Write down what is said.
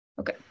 Okay